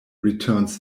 returns